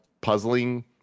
puzzling